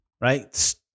right